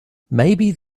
maybe